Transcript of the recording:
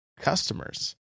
customers